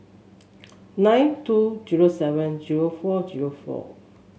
nine two zero seven zero four zero four